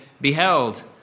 beheld